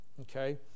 Okay